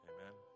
Amen